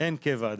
אין קבע עדיין.